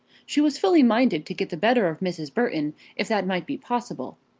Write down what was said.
she was fully minded to get the better of mrs. burton if that might be possible,